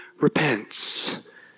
repents